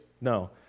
No